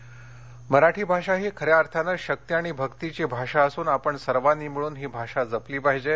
विधिमंडळ मराठी भाषा ही खऱ्या अर्थाने शक्ती आणि भक्तीची भाषा असून आपण सर्वांनी मिळून ही भाषा जपली पाहिजे